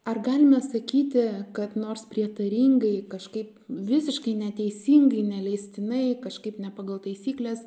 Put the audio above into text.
ar galima sakyti kad nors prietaringai kažkaip visiškai neteisingai neleistinai kažkaip ne pagal taisykles